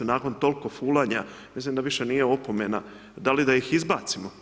Nakon toliko fulanja, mislim da više nije opomena, da li da ih izbacimo.